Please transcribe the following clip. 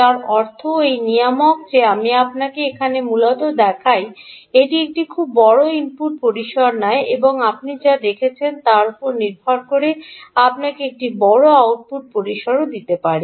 যার অর্থ এই নিয়ামক যে আমি আপনাকে এখানে মূলত দেখাই এটি একটি খুব বড় ইনপুট পরিসর নেয় এবং আপনি যা দেখছেন তার উপর নির্ভর করে আপনাকে একটি বড় আউটপুট পরিসরও দিতে পারে